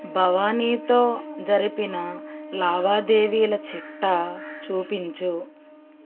భవానీతో జరిపిన లావాదేవీల చిట్టా చూపించుము